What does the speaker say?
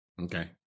Okay